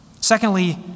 Secondly